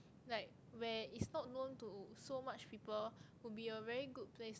like where is not known to so much people would be a very good place